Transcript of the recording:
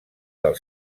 del